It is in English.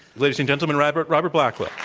ladies and gentlemen, robert robert blackwill.